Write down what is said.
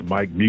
Mike